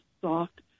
soft